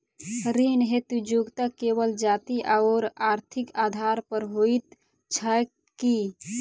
ऋण हेतु योग्यता केवल जाति आओर आर्थिक आधार पर होइत छैक की?